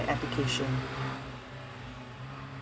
application